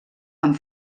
amb